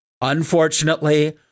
Unfortunately